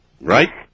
Right